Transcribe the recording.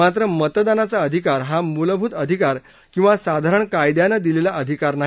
मात्र मतदानाचा अधिकार हा मुलभूत अधिकार किंवा साधारण कायद्यानं दिलेला अधिकार नाही